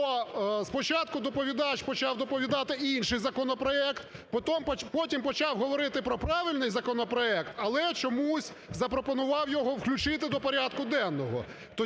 спочатку доповідач почав доповідати інший законопроект, потім почав говорити про правильний законопроект, але чомусь запропонував його включити до порядку денного.